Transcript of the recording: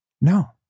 No